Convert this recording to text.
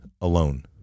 alone